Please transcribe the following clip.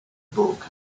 book